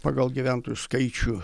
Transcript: pagal gyventojų skaičių